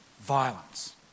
violence